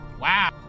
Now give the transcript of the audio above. Wow